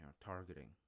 targeting